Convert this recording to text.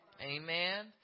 Amen